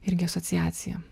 irgi asociacija